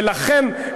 ולכן,